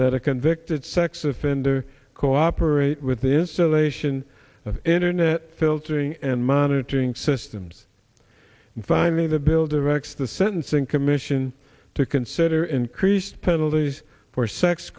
that a convicted sex offender cooperate with the is still a sion of internet filtering and monitoring systems and finally the builder rex the sentencing commission to consider increased penalties for sex